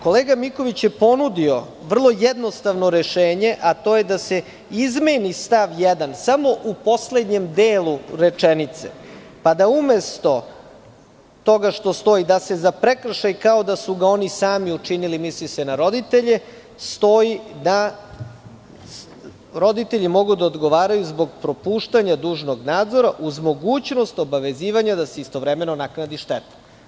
Kolega Miković je ponudio vrlo jednostavno rešenje, a to je da se izmeni stav 1. samo u poslednjem delu rečenice, pa da umesto toga što stoji da se za prekršaj, kao da su ga oni sami učinili, misli se na roditelje, stoji da roditelji mogu da odgovaraju zbog propuštanja dužnog nadzora, uz mogućnost obavezivanja da se istovremeno naknadi šteta.